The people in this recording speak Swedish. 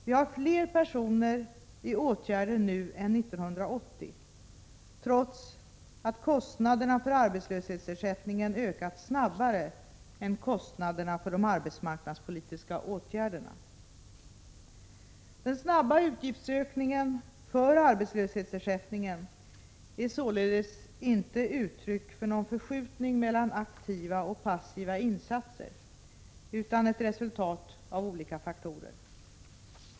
Vi har fler personer i åtgärder nu än år 1980, trots att kostnaderna för arbetslöshetsersättningen ökat snabbare än kostnaderna för de arbetsmarknadspolitiska åtgärderna. Den snabba utgiftsökningen för arbetslöshetsersättningen är således inte uttryck för någon förskjutning mellan aktiva och passiva insatser utan ett resultat av olika faktorer.